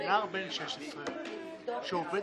540,000 "שולמנים".